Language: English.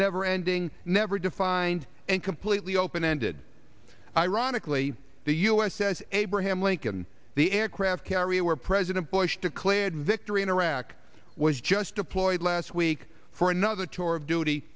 never ending never defined and completely open ended ironically the u s s abraham lincoln the aircraft carrier president bush declared victory in iraq was just deployed last week for another tour of duty